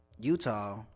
Utah